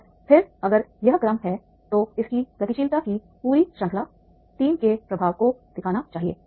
और फिर अगर यह क्रम है तो इसकी गतिशीलता की पूरी श्रृंखला टीम के प्रभाव को दिखाना चाहिए